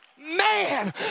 man